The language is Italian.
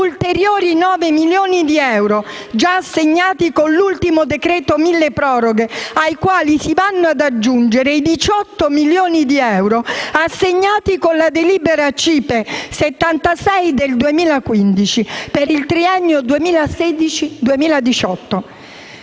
ulteriori 9 milioni di euro, già assegnati con l'ultimo decreto milleproroghe, ai quali si vanno ad aggiungere i 18 milioni di euro assegnati con la delibera CIPE 76/2015 per il triennio 2016-2018.